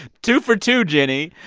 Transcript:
two for two, jenny.